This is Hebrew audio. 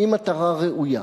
היא מטרה ראויה.